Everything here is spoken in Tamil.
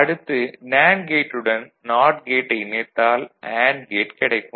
அடுத்து நேண்டு கேட்டுடன் நாட் கேட்டை இணைத்தால் அண்டு கேட் கிடைக்கும்